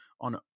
on